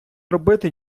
робити